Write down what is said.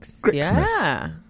Christmas